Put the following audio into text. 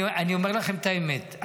אני אומר לכם את האמת,